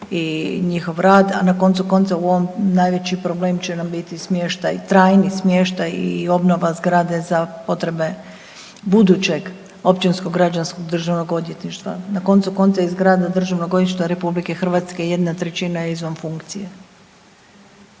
i njihov rad, a na koncu konca u ovom, najveći problem će nam biti smještaj, trajni smještaj i obnova zgrade za potrebe budućeg općinskog građanskog državnog odvjetništva. Na koncu konca i zgrada Državnog odvjetništva RH jedna trećina je izvan funkcije.